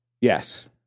Yes